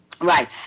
right